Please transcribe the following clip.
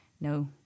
No